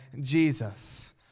Jesus